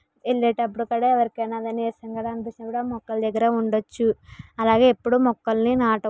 వెళ్ళేటప్పుడు కూడా ఎవరికన్నా కాని నీరసంగా కాని అనిపించిన మొక్కల దగ్గర ఉండవచ్చు అలాగే ఎప్పుడు మొక్కలని నాటక